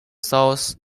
south